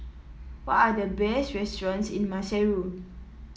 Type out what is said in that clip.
what are the best restaurants in Maseru